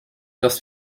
dass